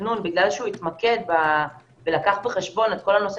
בגלל שכל התכנון התמקד ולקח בחשבון את כל הנושא